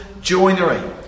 joinery